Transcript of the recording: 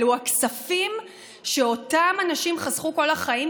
אלה הכספים שאותם אנשים חסכו כל החיים,